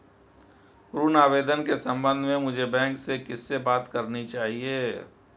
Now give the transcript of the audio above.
ऋण आवेदन के संबंध में मुझे बैंक में किससे बात करनी चाहिए?